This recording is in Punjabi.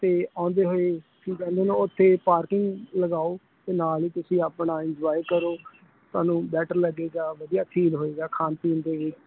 ਤਾਂ ਆਓਂਦੇ ਅੱਛੀ ਗੱਲ ਹੈ ਨਾ ਅਤੇ ਉੱਥੇ ਪਾਰਕਿੰਗ ਲਗਾਓ ਅਤੇ ਨਾਲ ਹੀ ਤੁਸੀਂ ਆਪਣਾ ਇੰਜੋਆਏ ਕਰੋ ਤੁਹਾਨੂੰ ਬੈਟਰ ਲੱਗੇਗਾ ਵਧੀਆ ਫੀਲ ਹੋਏਗਾ ਖਾਣ ਪੀਣ ਦੇ ਵੀ